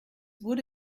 wurde